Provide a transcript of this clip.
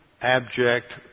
abject